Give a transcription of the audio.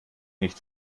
nicht